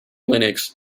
linux